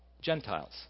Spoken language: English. Gentiles